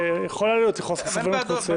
יכול לי חוסר סבלנות מסוים.